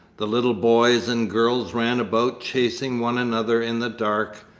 the little boys and girls ran about chasing one another in the dark.